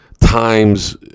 times